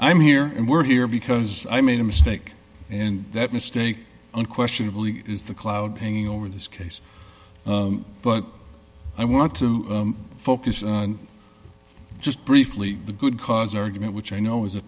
i'm here and we're here because i made a mistake and that mistake unquestionably is the cloud hanging over this case but i want to focus on just briefly the good cause argument which i know is a